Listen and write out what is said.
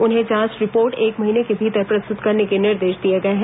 उन्हें जांच रिपोर्ट एक महीने के भीतर प्रस्तुत करने के निर्देश दिए गए हैं